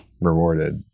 rewarded